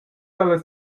dalla